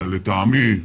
לטעמי,